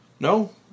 No